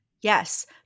Yes